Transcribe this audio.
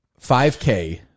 5k